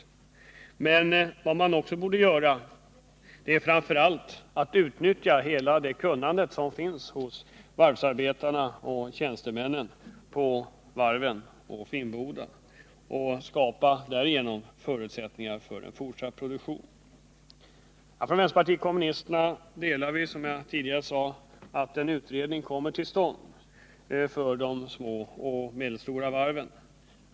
Men man borde framför allt utnyttja hela det kunnande som finns hos varvsarbetarna och tjänstemännen på varven, inkl. Finnboda, och därigenom skapa förutsättningar för en fortsatt produktion. Vänsterpartiet kommunisterna delar, som jag tidigare sade, uppfattningen att det är bra att en utredning om de små och medelstora varven kommer till stånd.